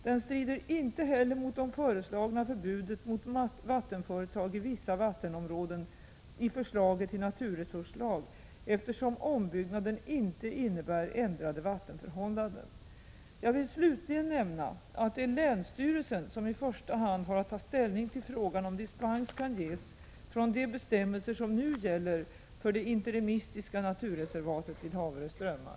Den strider inte heller mot det föreslagna sa vattenområden i förslaget till naturresurs förbudet mot vattenföretag i lag, eftersom ombyggnaden inte innebär ändrade vattenförhållanden. Jag vill slutligen nämna att det är länsstyrelsen som i första hand har att ta ställning till frågan om dispens kan ges från de bestämmelser som nu gäller för det interimistiska naturreservatet vid Haverö strömmar.